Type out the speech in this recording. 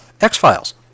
X-Files